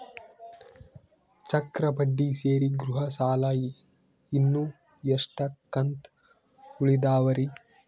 ಚಕ್ರ ಬಡ್ಡಿ ಸೇರಿ ಗೃಹ ಸಾಲ ಇನ್ನು ಎಷ್ಟ ಕಂತ ಉಳಿದಾವರಿ?